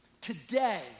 Today